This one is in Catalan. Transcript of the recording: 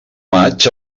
maig